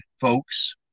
folks